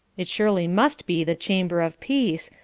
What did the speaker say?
it surely must be the chamber of peace,